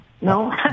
No